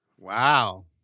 Wow